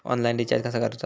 Online recharge कसा करूचा?